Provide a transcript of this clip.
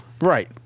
Right